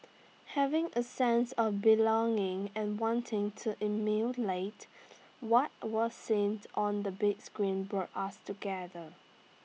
having A sense of belonging and wanting to emulate what was seen on the big screen brought us together